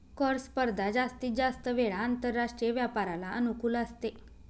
कर स्पर्धा जास्तीत जास्त वेळा आंतरराष्ट्रीय व्यापाराला अनुकूल असते